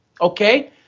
Okay